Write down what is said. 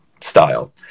style